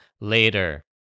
Later